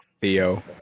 Theo